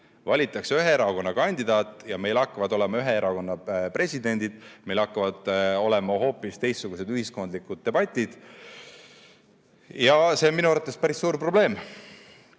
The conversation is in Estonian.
Valitakse ühe erakonna kandidaat ja meil hakkavad olema ühe erakonna presidendid. Meil hakkavad olema hoopis teistsugused ühiskondlikud debatid. Ja see on minu arvates päris suur probleem.